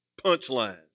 punchlines